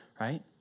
right